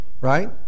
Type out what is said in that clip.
Right